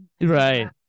right